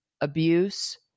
abuse